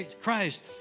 Christ